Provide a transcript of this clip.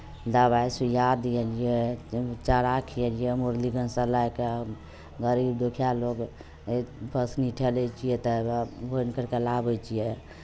दबाइ सुइया दिएलियै चारा खिएलियै मुरलीगंजसँ लए कऽ गरीब दुखिया लोक तऽ हवए बोनि करि कऽ लाबै छियै